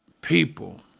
people